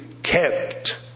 Kept